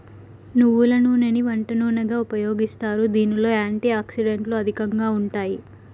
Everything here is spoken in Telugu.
నువ్వుల నూనెని వంట నూనెగా ఉపయోగిస్తారు, దీనిలో యాంటీ ఆక్సిడెంట్లు అధికంగా ఉంటాయి